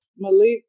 Malik